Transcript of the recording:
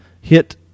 hit